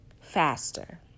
faster